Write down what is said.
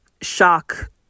shock